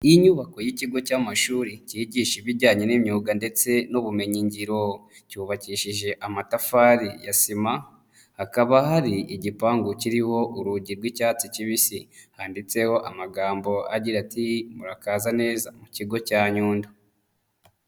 Inyubako y'ikigo cy'amashuri kigisha ibijyanye n'imyuga ndetse n'ubumenyingiro. Cyubakishije amatafari ya sima, hakaba hari igipangu kiriho urugi rw'icyatsi kibisi. Handitseho amagambo agira ati murakaza neza mu kigo cya Nyundo.